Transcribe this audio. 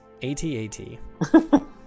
atat